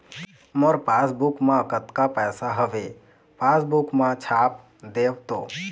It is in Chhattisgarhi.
मोर पासबुक मा कतका पैसा हवे पासबुक मा छाप देव तो?